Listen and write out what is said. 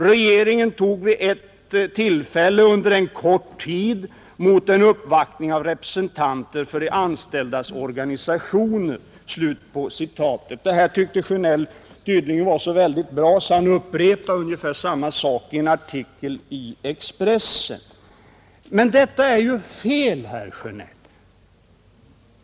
Regeringen tog vid ett tillfälle under en kort stund emot en uppvaktning av representanter för de anställdas organisationer.” Detta tyckte herr Sjönell tydligen var så välformulerat att han upprepade ungefär samma sak i en artikel i Expressen. Men detta är fel, herr Sjönell.